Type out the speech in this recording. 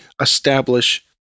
establish